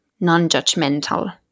non-judgmental